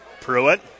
Pruitt